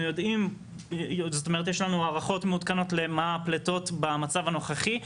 יש לנו הערכות מעודכנות למה הפליטות במצב הנוכחי.